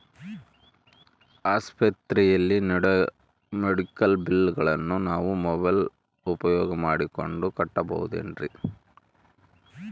ಆಸ್ಪತ್ರೆಯಲ್ಲಿ ನೇಡೋ ಮೆಡಿಕಲ್ ಬಿಲ್ಲುಗಳನ್ನು ನಾವು ಮೋಬ್ಯೆಲ್ ಉಪಯೋಗ ಮಾಡಿಕೊಂಡು ಕಟ್ಟಬಹುದೇನ್ರಿ?